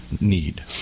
need